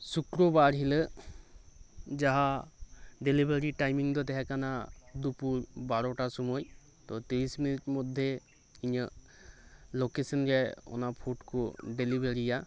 ᱥᱩᱠᱨᱚ ᱵᱟᱨ ᱦᱤᱞᱳᱜ ᱡᱟᱦᱟᱸ ᱰᱮᱞᱤᱵᱷᱟᱨᱤ ᱴᱟᱭᱤᱢ ᱫᱚ ᱛᱟᱦᱮᱸ ᱠᱟᱱᱟ ᱫᱩᱯᱩᱨ ᱵᱟᱨᱚᱴᱟ ᱥᱩᱢᱟᱹᱭ ᱛᱚ ᱛᱤᱨᱤᱥ ᱢᱤᱱᱤᱴ ᱢᱚᱫᱽᱫᱷᱮ ᱤᱧᱟᱹᱜ ᱞᱳᱠᱮᱥᱚᱱ ᱨᱮ ᱚᱱᱟ ᱯᱷᱩᱴ ᱠᱚ ᱰᱮᱞᱤᱵᱷᱟᱨᱤᱭᱟ